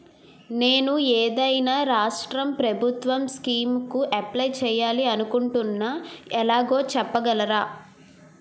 నేను ఏదైనా రాష్ట్రం ప్రభుత్వం స్కీం కు అప్లై చేయాలి అనుకుంటున్నా ఎలాగో చెప్పగలరా?